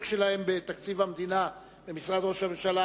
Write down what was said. שלהם בתקציב המדינה במשרד ראש הממשלה,